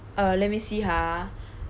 uh let me see ha